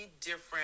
different